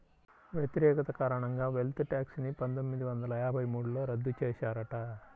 వ్యతిరేకత కారణంగా wealth tax ని పందొమ్మిది వందల యాభై మూడులో రద్దు చేశారట